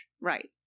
Right